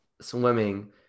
swimming